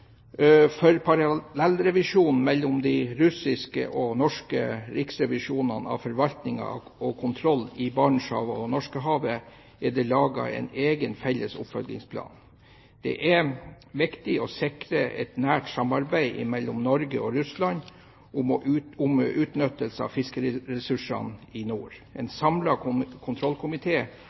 For parallellrevisjonen mellom de russiske og norske riksrevisjonene av forvaltningen og kontrollen i Barentshavet og Norskehavet er det laget en egen felles oppfølgingsplan. Det er viktig å sikre et nært samarbeid mellom Norge og Russland om utnyttelse av fiskeressursene i nord. En